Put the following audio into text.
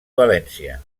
valència